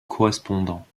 correspondants